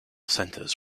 centres